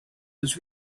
was